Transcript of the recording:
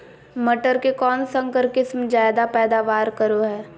मटर के कौन संकर किस्म जायदा पैदावार करो है?